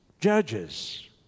judges